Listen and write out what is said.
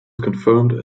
confirmed